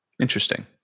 Interesting